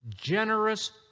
generous